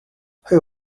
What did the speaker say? how